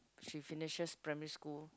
she finishes primary school